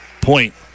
Point